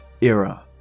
era